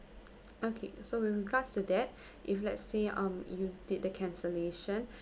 okay so with regards to that if let's say um if you did the cancellation